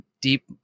deep